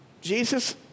Jesus